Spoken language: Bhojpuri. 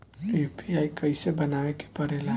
यू.पी.आई कइसे बनावे के परेला?